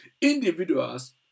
Individuals